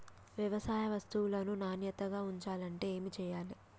వ్యవసాయ వస్తువులను నాణ్యతగా ఉంచాలంటే ఏమి చెయ్యాలే?